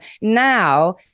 Now